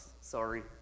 Sorry